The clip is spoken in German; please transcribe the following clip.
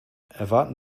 erwarten